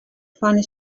funny